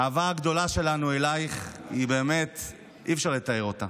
האהבה הגדולה שלנו אלייך, באמת אי-אפשר לתאר אותה,